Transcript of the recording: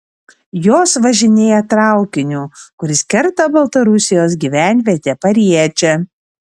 jos važinėja traukiniu kuris kerta baltarusijos gyvenvietę pariečę